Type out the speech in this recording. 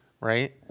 right